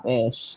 ish